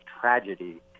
tragedy